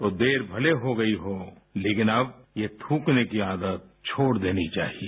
तो देर भले हो गई हो लेकिन अब ये थूकने की आदत छोड़ देनी चाहिए